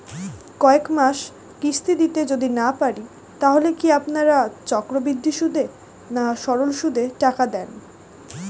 কয়েক মাস কিস্তি দিতে যদি না পারি তাহলে কি আপনারা চক্রবৃদ্ধি সুদে না সরল সুদে টাকা দেন?